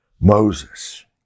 Moses